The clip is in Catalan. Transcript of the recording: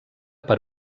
per